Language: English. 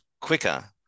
quicker